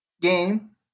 game